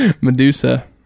Medusa